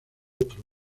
otro